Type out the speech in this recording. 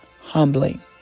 humbling